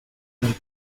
del